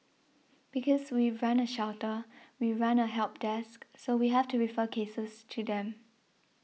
because we run a shelter we run a help desk so we have to refer cases to them